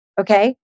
okay